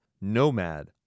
Nomad